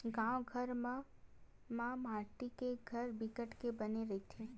गाँव घर मन म माटी के घर बिकट के बने रहिथे